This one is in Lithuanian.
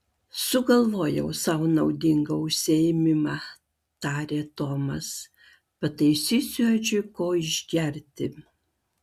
sugalvojau sau naudingą užsiėmimą tarė tomas pataisysiu edžiui ko išgerti